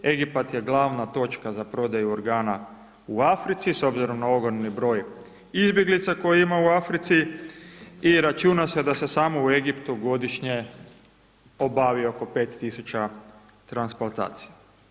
Egipat je glavna točka za prodaju organa u Africi, s obzirom na ogromni broj izbjeglica koje ima u Africi i računa se da se samo u Egiptu godišnje obavi oko 5000 transplantacija.